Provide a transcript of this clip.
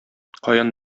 каян